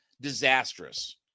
disastrous